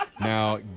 Now